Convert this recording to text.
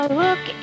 look